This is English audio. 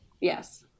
yes